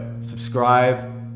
subscribe